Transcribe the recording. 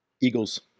Eagles